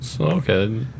Okay